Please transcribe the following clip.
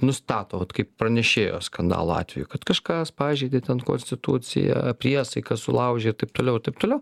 nustato vat kaip pranešėjo skandalo atveju kad kažkas pažeidė konstituciją priesaiką sulaužė ir taip toliau ir taip toliau